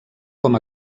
com